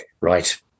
Right